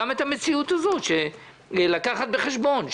גם את המציאות הזאת יש לקחת בחשבון,